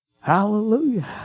Hallelujah